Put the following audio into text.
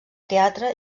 teatre